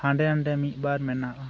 ᱦᱟᱸᱰᱮ ᱱᱟᱰᱮ ᱢᱤᱫᱽᱵᱟᱨ ᱢᱮᱱᱟᱜᱼᱟ